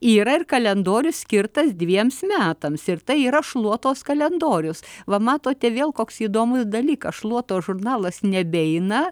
yra ir kalendorius skirtas dviems metams ir tai yra šluotos kalendorius va matote vėl koks įdomus dalykas šluotos žurnalas nebeina